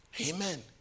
Amen